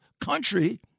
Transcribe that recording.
country